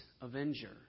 avenger